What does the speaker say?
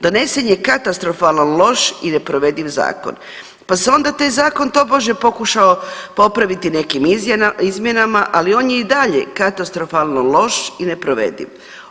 Donesen je katastrofalno loš i neprovediv zakon pa se onda taj zakon tobože pokušao popraviti nekim izmjenama, ali on je i dalje katastrofalno loš i neprovediv.